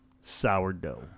sourdough